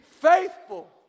faithful